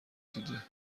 دیده